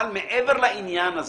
אבל מעבר לעניין הזה,